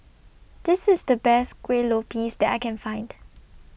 This IS The Best Kuih Lopes that I Can Find